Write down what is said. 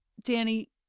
Danny